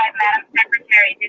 um madam secretary,